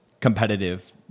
competitive